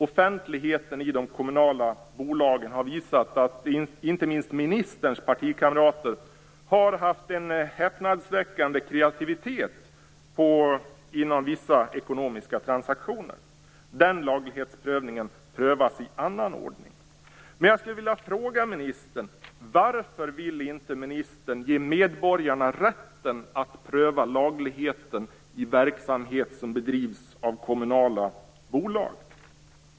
Offentligheten i de kommunala bolagen har visat att inte minst ministerns partikamrater har haft en häpnadsväckande kreativitet när det gäller vissa ekonomiska transaktioner. Den laglighetsprövningen prövas i annan ordning. Jag skulle vilja fråga ministern varför ministern inte vill ge medborgarna rätten att pröva lagligheten i verksamhet som bedrivs av kommunala bolag.